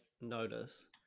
notice